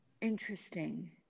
Interesting